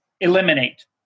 eliminate